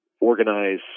organize